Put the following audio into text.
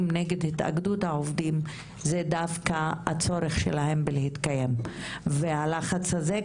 נגד התאגדות העובדים זה דווקא הצורך שלהם בלהתקיים והלחץ הזה,